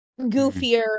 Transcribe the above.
goofier